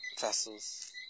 vessels